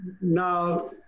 Now